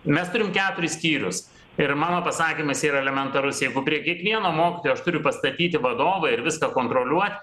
mes turim keturis skyrius ir mano pasakymas yra elementarus jeigu prie kiekvieno mokytojo aš turiu pastatyti vadovą ir viską kontroliuot